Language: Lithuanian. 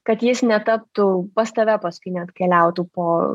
kad jis netaptų pas tave paskui neatkeliautų po